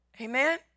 Amen